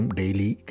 daily